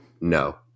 No